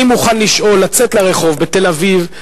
אני מוכן לצאת לרחוב בתל-אביב,